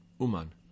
Uman